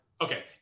okay